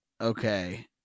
okay